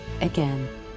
Again